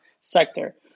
sector